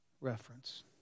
reference